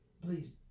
please